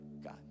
God